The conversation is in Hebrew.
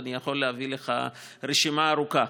אני יכול להביא לך רשימה ארוכה.